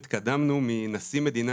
התקדמנו מנשיא מדינה,